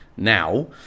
now